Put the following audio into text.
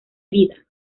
vida